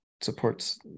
supports